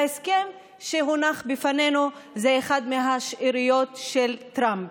ההסכם שהונח בפנינו זה אחת מהשאריות של טראמפ.